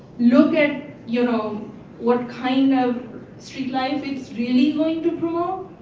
look at you know what kind of street life is really going to promote.